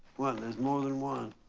what, there's more than one?